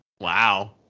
Wow